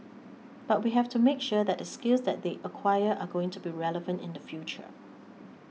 but we have to make sure that the skills that they acquire are going to be relevant in the future